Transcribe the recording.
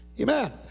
Amen